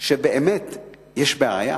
שבאמת יש בעיה.